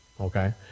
okay